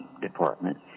department